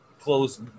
close